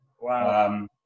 Wow